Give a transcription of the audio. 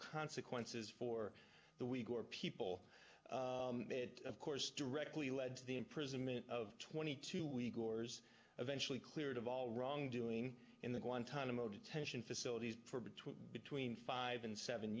consequences for the week or people of course directly led to the imprisonment of twenty two legal orders eventually cleared of all wrongdoing in the guantanamo detention facility for between between five and seven